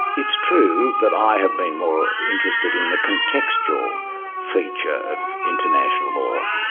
it's true that i have been more interested in the contextual feature of international law.